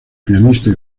pianista